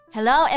Hello